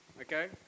okay